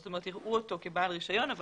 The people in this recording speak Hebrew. זאת אומרת, יראו אותו כבעל רישיון אבל